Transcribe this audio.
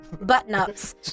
button-ups